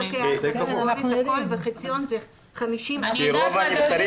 כי הממוצע לוקח את הכול וחציון זה 50% --- אני יודעת מה זה חציון,